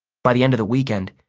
by the end of the weekend,